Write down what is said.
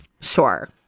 Sure